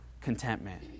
contentment